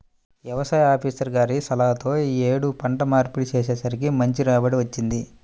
యవసాయ ఆపీసర్ గారి సలహాతో యీ యేడు పంట మార్పిడి చేసేసరికి మంచి రాబడి వచ్చింది